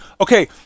okay